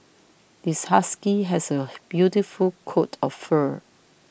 this husky has a beautiful coat of fur